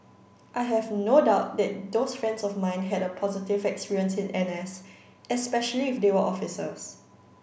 I have no doubt that those friends of mine had a positive experience in N S especially if they were officers